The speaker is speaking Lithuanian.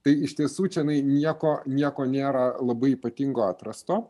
tai iš tiesų čionai nieko nieko nėra labai ypatingo atrasto